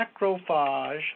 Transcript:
macrophage